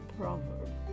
proverb